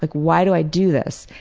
like why do i do this?